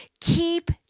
Keep